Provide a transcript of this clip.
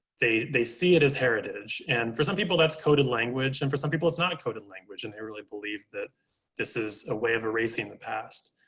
they they see it as heritage and for some people that's coded language. and for some people, it's not a coded language and they really believe that this is a way of erasing the past.